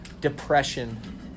depression